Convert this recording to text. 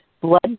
blood